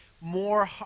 more